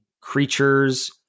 creatures